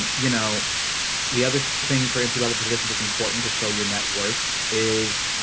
you know the other thing for entry level positions. it's important to show your net worth is